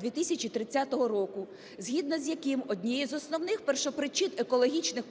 2030 року", згідно з яким однією з основних першопричин екологічних